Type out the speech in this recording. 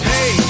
Hey